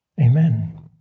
Amen